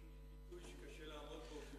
זה פיתוי שקשה לעמוד בו.